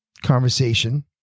conversation